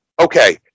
okay